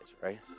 right